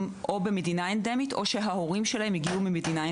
במדינה אנדמית או שהוריהם הגיעו ממדינה אנדמית,